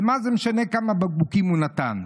ומה זה משנה כמה בקבוקים הוא נתן.